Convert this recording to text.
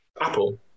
Apple